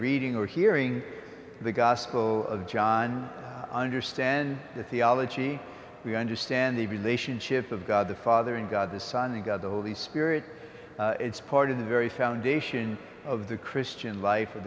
reading or hearing the gospel of john understand the theology we understand the relationship of god the father in god the son in god the holy spirit it's part of the very foundation of the christian life o